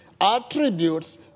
Attributes